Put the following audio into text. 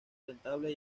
rentable